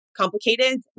complicated